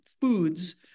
foods